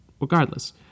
regardless